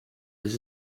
this